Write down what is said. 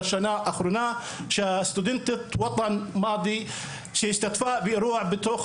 בשנה האחרונה שהסטודנטיות וואטן מאדי שהשתתפה באירוע בתוך